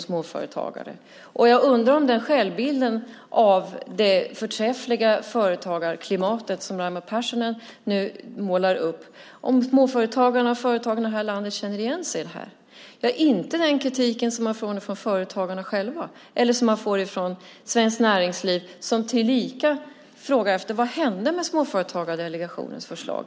När det gäller den självbild av det förträffliga företagarklimatet som Raimo Pärssinen nu målar upp undrar jag om småföretagarna och andra företagare här i landet känner igen sig. Ja, inte är det den kritik man får från företagarna själva eller som man får från Svenskt Näringsliv som tillika frågar vad som hände med Småföretagsdelegationens förslag.